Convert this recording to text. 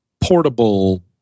Portable